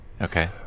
Okay